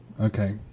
Okay